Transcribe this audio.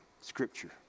scripture